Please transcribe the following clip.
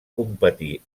competir